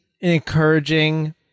encouraging